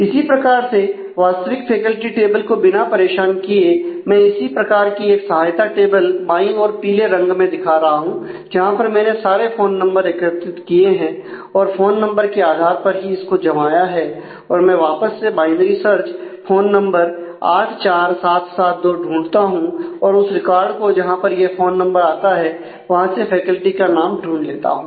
इसी प्रकार से वास्तविक फैकल्टी टेबल को बिना परेशान किए मैं इसी प्रकार की एक सहायता टेबल बांई और पीले रंग में दिखा रहा हूं जहां पर मैंने सारे फोन नंबर एकत्रित किए हैं और फोन नंबर के आधार पर ही इसको जमाया है और मैं वापस से बायनरी सर्च फोन नंबर 84772 ढूंढता हूं और उस रिकॉर्ड को जहां पर यह फोन नंबर आता है वहां से फैकल्टी का नाम ढूंढ लेता हूं